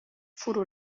فرو